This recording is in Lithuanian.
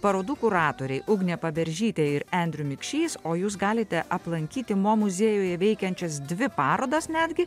parodų kuratoriai ugnė paberžytė ir andrew mikšys o jūs galite aplankyti mo muziejuje veikiančias dvi parodas netgi